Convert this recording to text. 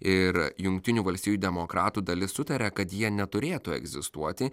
ir jungtinių valstijų demokratų dalis sutaria kad jie neturėtų egzistuoti